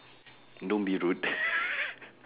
don't be rude